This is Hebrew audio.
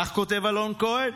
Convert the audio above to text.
כך כותב אלון כהן.